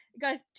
guys